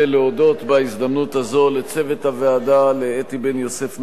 ולהודות בהזדמנות הזאת לצוות הוועדה: לאתי בן-יוסף,